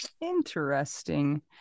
interesting